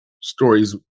stories